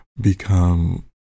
become